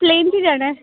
plain ਹੀ ਜਾਣਾ